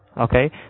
Okay